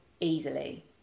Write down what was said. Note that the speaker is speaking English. easily